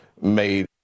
made